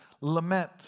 lament